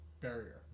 barrier